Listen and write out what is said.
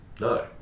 No